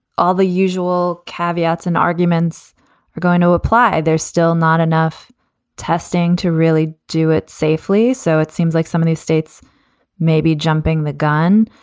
all the usual caveats and arguments are going to apply. there's still not enough testing to really do it safely. so it seems like some of these states may be jumping the gun.